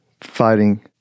fighting